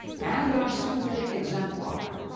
and our sympathetic exemplar.